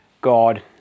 God